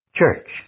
church